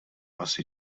asi